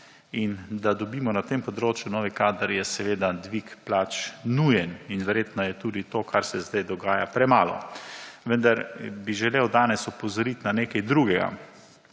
in da dobimo na tem področju novi kader, je seveda dvig plač nujen in verjetno je tudi to kar se zdaj dogaja, premalo. Vendar bi želel danes opozoriti na nekaj drugega